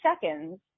seconds